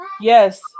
yes